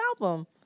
album